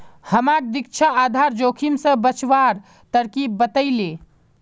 हमाक दीक्षा आधार जोखिम स बचवार तरकीब बतइ ले